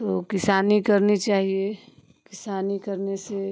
तो किसानी करनी चाहिए किसानी करने से